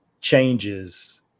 changes